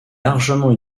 largement